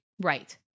Right